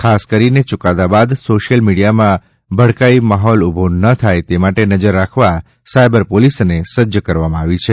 ખાસ કરીને યુકાદા બાદ સોશિયલ મીડિયામાં ભડકાઈ માહોલ ઊભો ન થાય તે માટે નજર રાખવા સાયબર પોલીસને સજ્જ કરાઈ છે